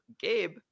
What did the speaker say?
gabe